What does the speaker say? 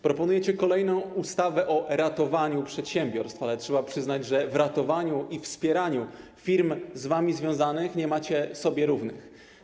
Proponujecie kolejną ustawę o ratowaniu przedsiębiorstw, ale trzeba przyznać, że w ratowaniu i wspieraniu firm z wami związanych nie macie sobie równych.